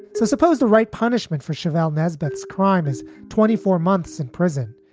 so suppose the right punishment for cheval nesbitt's crime is twenty four months in prison.